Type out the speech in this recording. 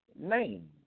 name